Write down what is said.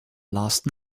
last